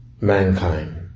Mankind